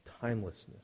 timelessness